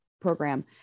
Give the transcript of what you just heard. program